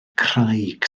craig